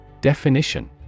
Definition